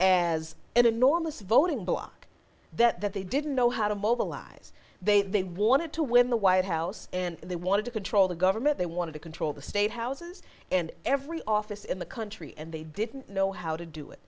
as an enormous voting bloc that they didn't know how to mobilize they wanted to win the white house and they wanted to control the government they wanted to control the state houses and every office in the country and they didn't know how to do it